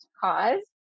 cause